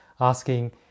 asking